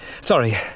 Sorry